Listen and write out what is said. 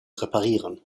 reparieren